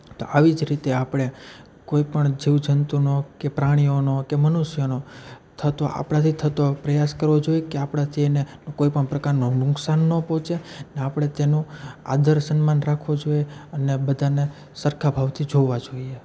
તો આવી જ રીતે આપણે કોઈ પણ જીવજંતુઓનો પ્રાણીઓનો કે મનુષ્યોનો થતો આપણાથી થતો પ્રયાસ કરવો જોઈ કે આપણાથી એને કોઈ પણ પ્રકારનું નુકસાન ન પહોંચે ને આપણે તેનું આદર સન્માન રાખવું જોએ અને બધાંને સરખા ભાવથી જોવા જોઈએ